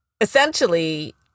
essentially